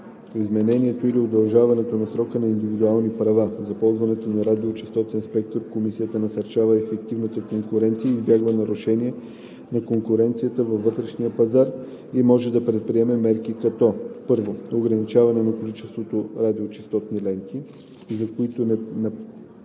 изменението или удължаването на срока на индивидуални права за ползване на радиочестотен спектър комисията насърчава ефективната конкуренция и избягва нарушения на конкуренцията във вътрешния пазар и може да предприема мерки като: 1. ограничаване на количеството радиочестотни ленти, за които на